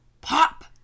pop